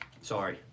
Sorry